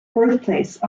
birthplace